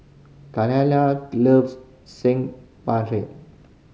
loves Saag